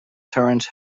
terence